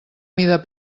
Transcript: mida